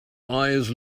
eyes